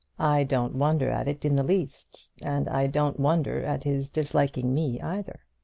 i don't wonder at it in the least and i don't wonder at his disliking me either.